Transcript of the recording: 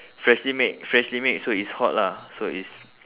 freshly made freshly made so it's hot lah so it's